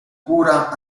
cura